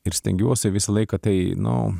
ir stengiuosi visą laiką tai nu